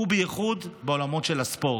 ובייחוד בעולמות של הספורט.